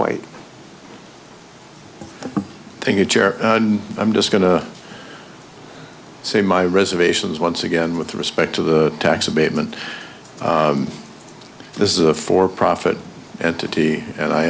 white thing a chair and i'm just going to say my reservations once again with respect to the tax abatement this is a for profit entity and i